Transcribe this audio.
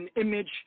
image